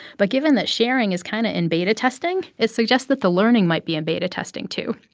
but given that sharing is kind of in beta testing, it suggests that the learning might be in beta testing, too.